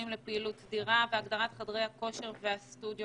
לפעילות סדירה והגדרת חדרי הכושר והסטודיו